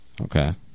Okay